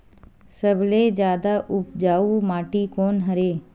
सबले जादा उपजाऊ माटी कोन हरे?